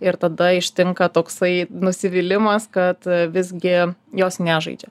ir tada ištinka toksai nusivylimas kad visgi jos nežaidžia